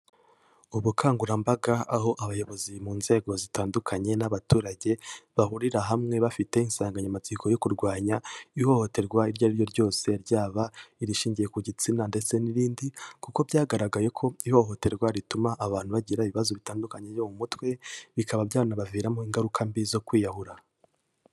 Ubukangurambaga, aho abayobozi mu nzego zitandukanye n'abaturage bahurira hamwe bafite insanganyamatsiko yo kurwanya ihohoterwa iryo ari ryo ryose, ryaba irishingiye ku gitsina ndetse n'irindi kuko byagaragaye ko ihohoterwa rituma abantu bagira ibibazo bitandukanye byo mu mutwe, bikaba byanabaviramo ingaruka mbi zo kwiyahura.